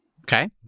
Okay